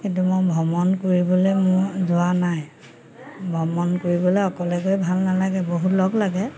কিন্তু মই ভ্ৰমণ কৰিবলে মোৰ যোৱা নাই ভ্ৰমণ কৰিবলে অকলে গৈ ভাল নালাগে বহুত লগ লাগে